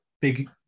big